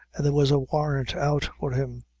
and there was a warrant out for him.